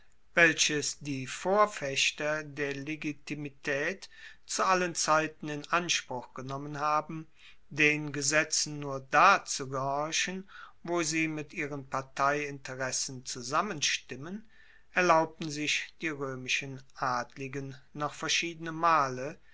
welches die vorfechter der legitimitaet zu allen zeiten in anspruch genommen haben den gesetzen nur da zu gehorchen wo sie mit ihren parteiinteressen zusammenstimmen erlaubten sich die roemischen adligen noch verschiedene male